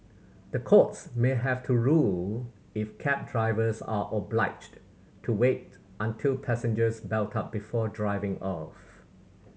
the courts may have to rule if cab drivers are obliged to wait until passengers belt up before driving off